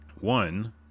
One